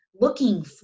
looking